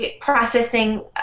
processing